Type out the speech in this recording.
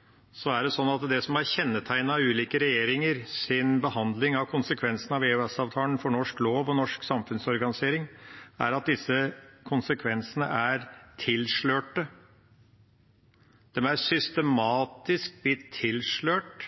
er det slik at det som har kjennetegnet ulike regjeringers behandling av konsekvensene av EØS-avtalen for norsk lov og norsk samfunnsorganisering, er at disse konsekvensene er tilslørte. De er systematisk blitt tilslørt